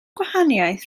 gwahaniaeth